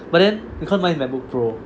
but then because mine is macbook pro